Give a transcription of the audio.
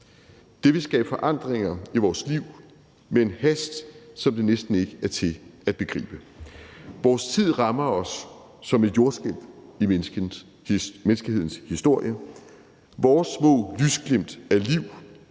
Det vil skabe forandringer i vores liv med en hast, som det næsten ikke er til at begribe. Vores tid rammer os som et jordskælv i menneskehedens historie. Vores små lysglimt af liv